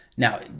Now